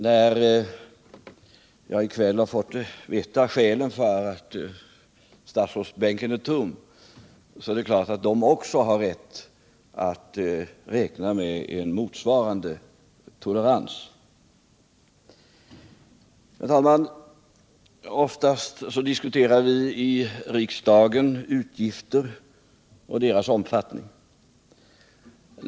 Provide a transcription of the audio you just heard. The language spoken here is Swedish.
När jag i kväll har fått veta skälen för att statsrådsbänken är tom vill jag säga att det är klart att den nuvarande regeringens ledamöter har rätt att räkna med motsvarande tolerans. Herr talman! Oftast diskuterar vi i riksdagen utgifter och deras omfattning.